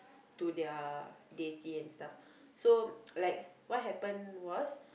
to their deity and stuff so like what happened was